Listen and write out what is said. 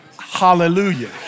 hallelujah